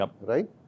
right